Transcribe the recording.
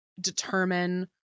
determine